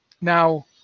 Now